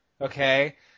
Okay